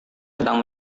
sedang